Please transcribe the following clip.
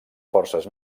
forces